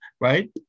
Right